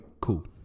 cool